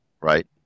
right